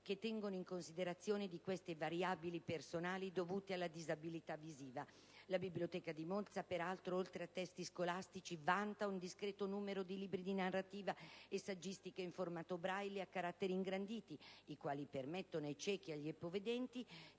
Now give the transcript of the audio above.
che tengano in considerazione queste variabili personali dovute alla disabilità visiva. La Biblioteca di Monza, peraltro, oltre ai testi scolastici vanta una discreto numero di libri di narrativa e saggistica in formato Braille e a caratteri ingranditi, i quali permettono ai ciechi e agli ipovedenti